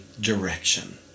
direction